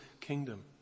kingdom